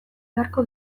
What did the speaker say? beharko